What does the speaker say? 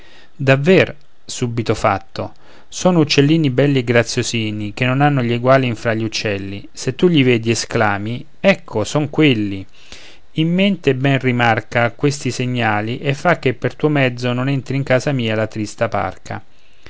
davver subito fatto sono uccellini belli e graziosini che non hanno gli eguali infra gli uccelli se tu li vedi esclami ecco son quelli in mente ben rimarca questi segnali e fa che per tuo mezzo non entri in casa mia la trista parca